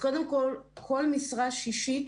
קודם כול, כל משרה שישית